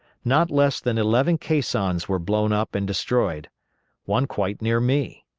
not less than eleven caissons were blown up and destroyed one quite near me.